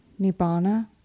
nibbana